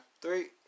Three